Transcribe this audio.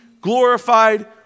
glorified